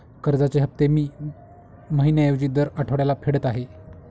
कर्जाचे हफ्ते मी महिन्या ऐवजी दर आठवड्याला फेडत आहे